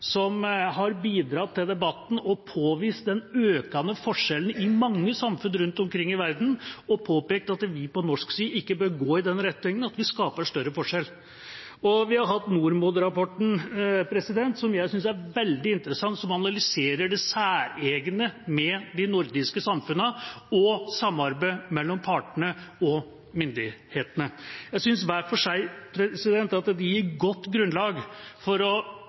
som har bidratt til debatten og påvist den økende forskjellen i mange samfunn rundt omkring i verden og påpekt at vi på norsk side ikke bør gå i den retningen at vi skaper større forskjeller. Og vi har hatt NordMod-rapporten, som jeg synes er veldig interessant, som analyserer det særegne ved de nordiske samfunnene og samarbeidet mellom partene og myndighetene. Jeg synes at det hver for seg gir et godt grunnlag for å